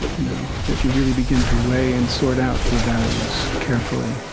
you know, that you really begin to weigh and sort out your values carefully,